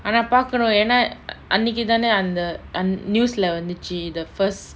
ஆனா பாக்குரோ ஏனா அன்னிக்கு தான அந்த:aana paakuro yena anniku thana antha anth~ news lah வந்திச்சு:vanthichu the first